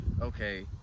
Okay